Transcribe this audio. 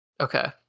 Okay